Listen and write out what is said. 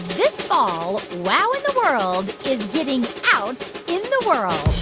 this fall, wow in the world is getting out in the world.